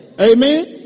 Amen